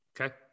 Okay